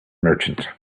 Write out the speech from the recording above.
merchant